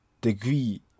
degree